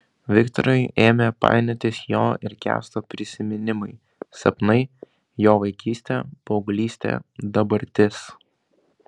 viktorui ėmė painiotis jo ir kęsto prisiminimai sapnai jo vaikystė paauglystė dabartis